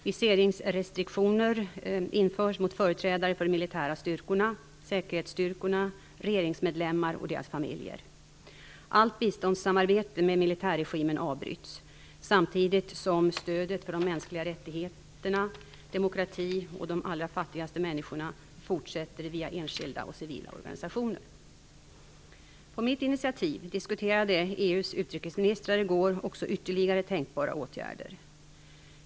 Viseringsrestriktioner införs mot företrädare för de militära styrkorna, säkerhetsstyrkorna, regeringsmedlemmar och deras familjer. Allt biståndssamarbete med militärregimen avbryts samtidigt som stödet för de mänskliga rättigheterna, demokratin och de allra fattigaste människorna fortsätter via enskilda och civila organisationer. På mitt initiativ diskuterade EU:s utrikesministrar i går också ytterligare tänkbara åtgärder.